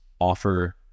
offer